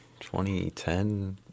2010